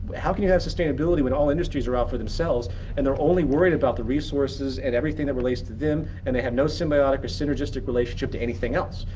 how can you have sustainability when all industries are all for themselves and they're only worried about the resources and everything that relates to them and they have no symbiotic or synergistic relationship to anything else?